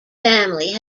family